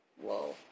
Whoa